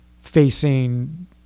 facing